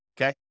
okay